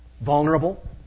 Vulnerable